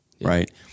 Right